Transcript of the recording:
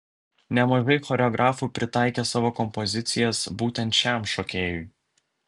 nemažai choreografų pritaikė savo kompozicijas būtent šiam šokėjui